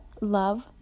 Love